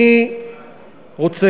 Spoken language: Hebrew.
לסיום: